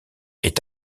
est